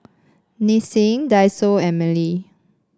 Nissin Daiso and Mili